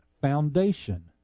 Foundation